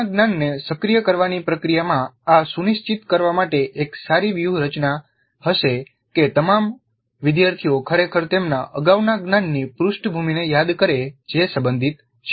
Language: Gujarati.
અગાઉના જ્ઞાનને સક્રિય કરવાની પ્રક્રિયામાં આ સુનિશ્ચિત કરવા માટે એક સારી વ્યૂહરચના હશે કે તમામ વિદ્યાર્થીઓ ખરેખર તેમના અગાઉના જ્ઞાનની પૃષ્ઠભૂમિને યાદ કરે જે સંબંધિત છે